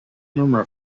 murmur